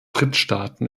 drittstaaten